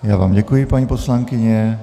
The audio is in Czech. Já vám děkuji, paní poslankyně.